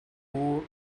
poor